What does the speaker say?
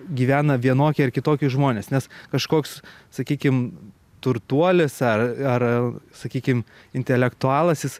gyvena vienokie ar kitokie žmones nes kažkoks sakykim turtuolis ar ar sakykim intelektualas jis